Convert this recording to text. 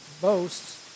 boasts